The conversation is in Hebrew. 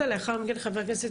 הם באים מהצפון